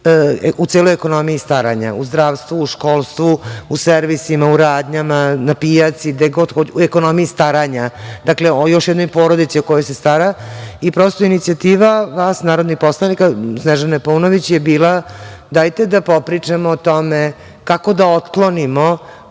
u celoj ekonomiji staranja, u zdravstvu, u školstvu, u servisima, u radnjama, na pijaci, gde god hoćete, ekonomiji staranja, dakle, o još jednoj porodici o kojoj se stara, i prosto inicijativa vas narodnih poslanika, Snežane Paunović je bila - dajte da popričamo o tome kako da otklonimo